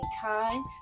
time